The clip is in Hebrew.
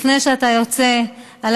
לפני שאתה יוצא, מה?